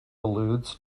alludes